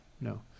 no